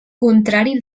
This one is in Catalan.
contrari